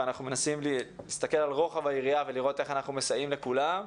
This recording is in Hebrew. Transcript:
אנחנו מנסים להסתכל על רוחב היריעה ולראות איך אנחנו מסייעים לכולם.